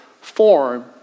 form